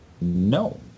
No